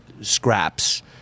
scraps